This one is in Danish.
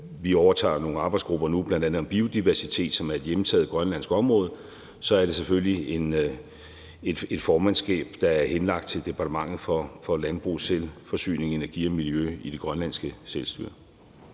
Vi overtager nu nogle arbejdsgrupper om bl.a. biodiversitet, som er et hjemtaget grønlandsk område, og så er det selvfølgelig et formandskab, der er henlagt til Departementet for Landbrug, Selvforsyning, Energi og Miljø i det grønlandske selvstyre.